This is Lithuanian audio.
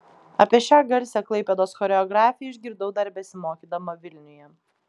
apie šią garsią klaipėdos choreografę išgirdau dar besimokydama vilniuje